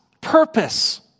purpose